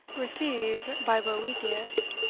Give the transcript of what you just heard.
received by boethius,